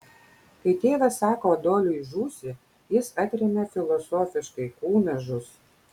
kai tėvas sako adoliui žūsi jis atremia filosofiškai kūnas žus